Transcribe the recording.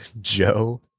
Joe